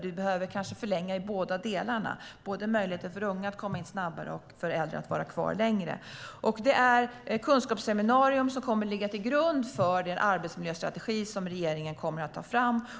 Vi behöver kanske förlänga i båda delarna, möjligheten för unga att komma in snabbare och för äldre att vara kvar längre. Det är ett kunskapsseminarium som kommer att ligga till grund för den arbetsmiljöstrategi som regeringen kommer att ta fram.